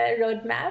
roadmap